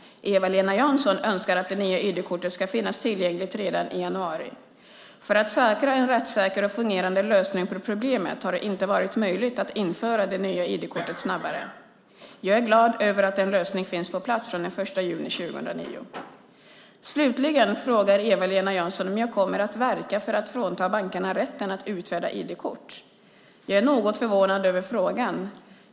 Eva-Lena Jansson önskar att det nya ID-kortet ska finnas tillgängligt redan i januari. För att säkra en rättssäker och fungerande lösning på problemet har det inte varit möjligt att införa det nya ID-kortet snabbare. Jag är glad över att en lösning finns på plats från den 1 juni 2009. Slutligen frågar Eva-Lena Jansson om jag kommer att verka för att frånta bankerna rätten att utfärda ID-kort. Jag är något förvånad över frågan.